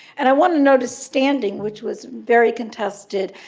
and i want to note a standing which was very contested.